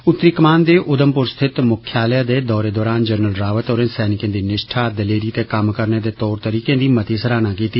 उतरी कमान दे उधमपुर स्थित मुख्यालय दे दौरे दौरान जनरल रावत होरें सैनिकें दी निष्ठा दलेरी ते कम्म करने दे तौर तरीकें दी मती सराहना कीती